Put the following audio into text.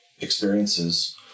experiences